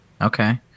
Okay